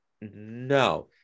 no